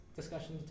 discussion